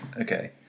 Okay